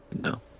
No